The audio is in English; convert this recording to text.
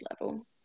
level